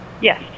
Yes